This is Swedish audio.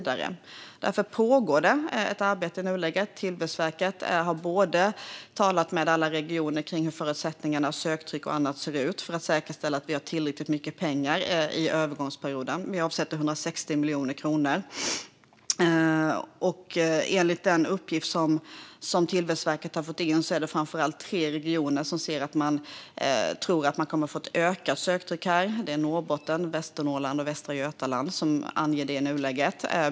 Därför pågår i nuläget ett arbete. Tillväxtverket har talat med alla regioner om hur förutsättningarna i fråga om söktryck och annat ser ut, för att säkerställa att vi har tillräckligt mycket pengar under övergångsperioden. Vi avsätter 160 miljoner kronor. Enligt den uppgift som Tillväxtverket har fått in är det framför allt tre regioner som tror att de kommer att få ett ökat söktryck. Det är Norrbotten, Västernorrland och Västra Götaland som uppger detta i nuläget.